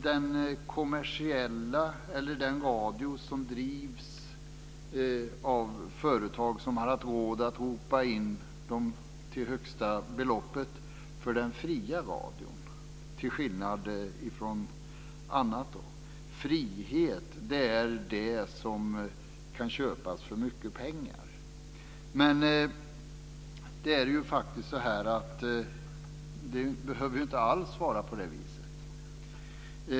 Man kallar den radio som drivs av företag som har haft råd att ropa in till högsta beloppet den fria radion, till skillnad från annat. Frihet är det som kan köpas för mycket pengar. Men det behöver inte alls vara på det viset.